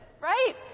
Right